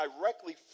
directly